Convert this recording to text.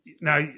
Now